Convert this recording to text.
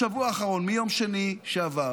בשבוע האחרון, מיום שני שעבר